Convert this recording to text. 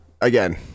Again